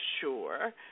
sure